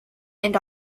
and